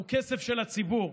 הוא כסף של הציבור.